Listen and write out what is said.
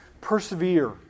Persevere